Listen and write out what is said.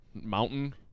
Mountain